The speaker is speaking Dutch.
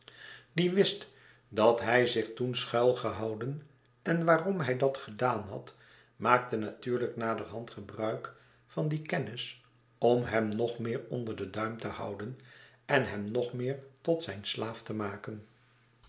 die wist dat hij zich toen schuilgehouden en waarom hij dat gedaan had maakte natuurlijk naderhand gebruik van die kennis om hem nog meer onder den duim te houden en hem nog meer tat zijn slaaf te maken